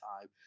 time